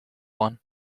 one